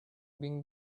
bring